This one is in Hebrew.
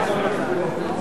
הנושא לוועדה